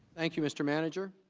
think you mr. manager.